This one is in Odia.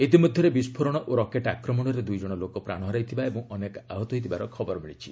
ଇତିମଧ୍ୟରେ ବିସ୍କୋରଣ ଓ ରକେଟ୍ ଆକ୍ରମଣରେ ଦୂଇ ଜଣ ଲୋକ ପ୍ରାଣ ହରାଇଥିବା ଓ ଅନେକ ଆହତ ହୋଇଥିବାର ଖବର ମିଳିଛି